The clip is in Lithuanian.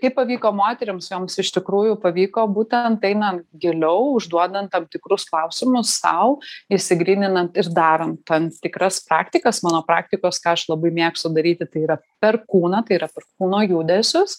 kaip pavyko moterims joms iš tikrųjų pavyko butent einant giliau užduodant tam tikrus klausimus sau išsigryninant ir darant tam tikras praktikas mano praktikos ką aš labai mėgstu daryti tai yra per kūną tai yra kūno judesius